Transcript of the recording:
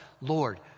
Lord